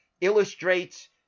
illustrates